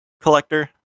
Collector